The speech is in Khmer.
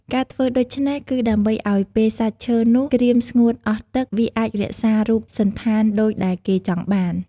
ការធ្វើដូច្នេះ គឺដើម្បីឲ្យពេលសាច់ឈើនោះក្រៀមស្ងួតអស់ទឹក វាអាចរក្សារូបសណ្ឋានដូចដែលគេចង់បាន ។